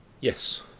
Yes